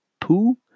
Pooh